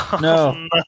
No